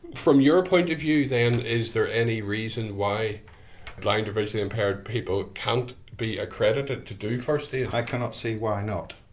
from your point of view, then, is there any reason why blind or visually impaired people can't be accredited to do first aid? northi cannot see why not.